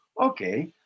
okay